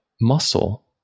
muscle